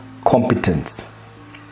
competence